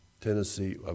Tennessee